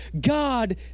God